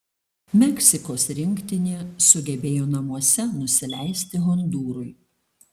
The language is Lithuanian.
meksikos rinktinė sugebėjo namuose nusileisti hondūrui